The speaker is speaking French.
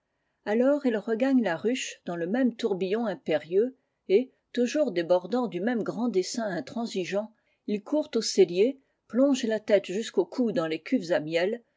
alors ils regagnent la ruche dans le même tourbillon impérieux et toujours débordant du môme grand dessein intransigeant ils courent aux celliers plongent la tête jusqu'au cou dans les cuves à miel